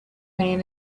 man